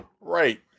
Right